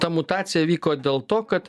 ta mutacija įvyko dėl to kad